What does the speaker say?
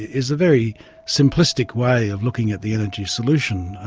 is a very simplistic way of looking at the energy solution.